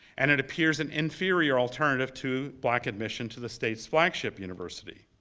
and it appears an inferior alternative to black admission to the state's flagship university.